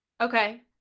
okay